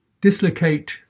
Dislocate